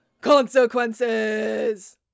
consequences